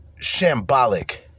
shambolic